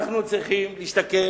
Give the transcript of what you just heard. אנחנו צריכים להסתכל